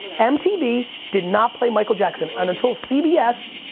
mtv did not play michael jackson and until cbs,